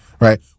right